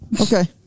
Okay